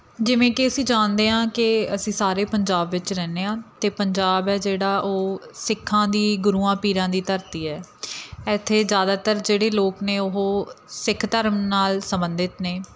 ਜਿਵੇਂ ਕਿ ਅਸੀਂ ਜਾਣਦੇ ਹਾਂ ਕਿ ਅਸੀਂ ਸਾਰੇ ਪੰਜਾਬ ਵਿੱਚ ਰਹਿੰਦੇ ਹਾਂ ਅਤੇ ਪੰਜਾਬ ਹੈ ਜਿਹੜਾ ਉਹ ਸਿੱਖਾਂ ਦੀ ਗੁਰੂਆਂ ਪੀਰਾਂ ਦੀ ਧਰਤੀ ਹੈ ਇੱਥੇ ਜ਼ਿਆਦਾਤਰ ਜਿਹੜੇ ਲੋਕ ਨੇ ਉਹ ਸਿੱਖ ਧਰਮ ਨਾਲ ਸੰਬੰਧਿਤ ਨੇ